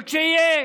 וכשיהיה